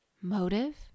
Motive